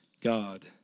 God